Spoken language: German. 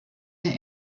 der